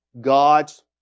God's